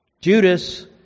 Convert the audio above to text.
Judas